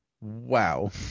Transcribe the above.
wow